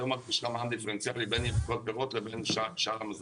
היום יש לך מע"מ דיפרנציאלי בין ירקות ופירות לבין שאר המזון.